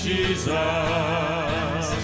Jesus